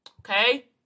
Okay